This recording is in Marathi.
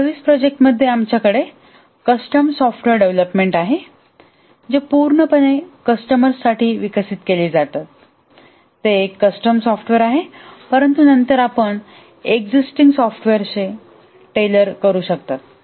आणि सर्विस प्रोजेक्ट मध्ये आमच्याकडे कस्टम सॉफ्टवेअर डेव्हलपमेंट आहे जे पूर्णपणे कस्टमर्स साठी विकसित केले जाते ते एक कस्टम सॉफ्टवेअर असते परंतु नंतर आपण एक्झीस्टिंग सॉफ्टवेअरचे टेलर करू शकता